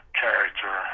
character